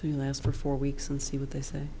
to last for four weeks and see what they